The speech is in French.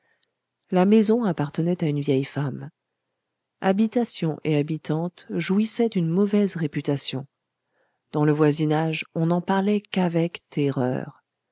la maison appartenait à une vieille femme habitation et habitante jouissaient d'une mauvaise réputation dans le voisinage on n'en parlait qu'avec terreur